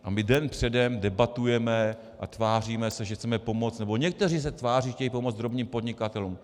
A my den předem debatujeme a tváříme se, že chceme pomoct, nebo někteří se tváří, že chtějí pomoct drobným podnikatelům.